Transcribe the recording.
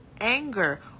anger